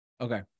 Okay